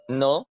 no